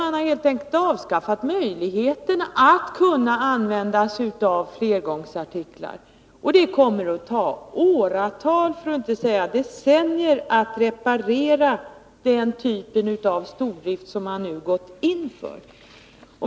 Man har helt enkelt avskaffat möjligheten att använda flergångsartiklar. Det kommer att ta åratal, för att inte säga decennier, att reparera den typ av stordrift som man nu gått in för.